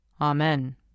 Amen